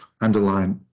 underline